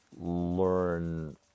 learn